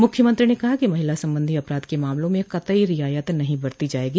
मुख्यमंत्री ने कहा कि महिला संबंधी अपराध के मामलों में कतई रियायत नहीं बरती जायेगी